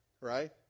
Right